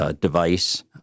device